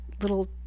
little